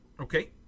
Okay